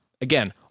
Again